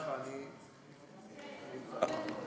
אדוני היושב-ראש.